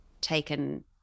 taken